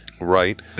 right